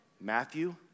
Matthew